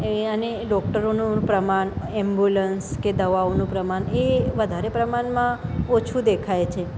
એ અને ડૉક્ટરોનું પ્રમાણ એમ્બ્યુલન્સ કે દવાઓનું પ્રમાણ એ વધારે પ્રમાણમાં ઓછું દેખાય છે